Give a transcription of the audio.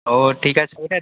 ও ঠিক আছে ওইটা